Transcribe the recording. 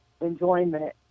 enjoyment